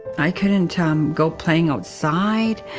i couldn't um go playing outside,